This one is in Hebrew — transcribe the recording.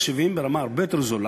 קונים מחשבים במחיר הרבה יותר נמוך,